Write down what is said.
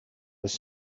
this